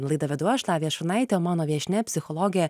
laidą vedu aš lavija šurnaitė mano viešnia psichologė